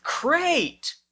great